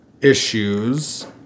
issues